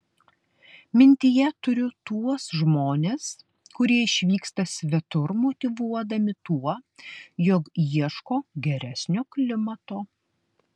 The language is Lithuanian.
mintyje turiu tuos žmones kurie išvyksta svetur motyvuodami tuo jog ieško geresnio klimato